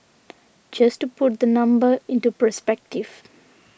just to put the number into perspective